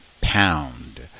pound